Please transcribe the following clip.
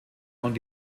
und